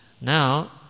Now